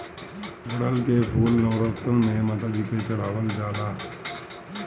गुड़हल के फूल नवरातन में माता जी के चढ़ावल जाला